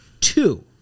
two